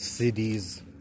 Cities